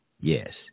Yes